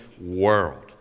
world